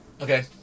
Okay